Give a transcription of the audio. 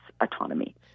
autonomy